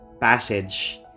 passage